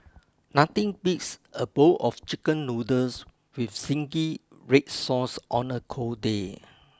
nothing beats a bowl of Chicken Noodles with zingy red sauce on a cold day